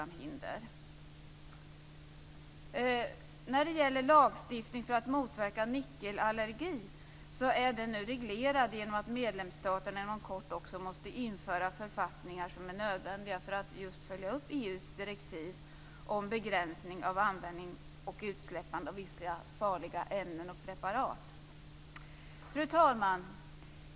När det gäller lagstiftning för att motverka nickelallergi är den reglerad genom att medlemsstaterna inom kort måste införa författningar som är nödvändiga för att följa upp EU:s direktiv om begränsning av användning och utsläppande av vissa farliga ämnen och preparat. Fru talman!